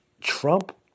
Trump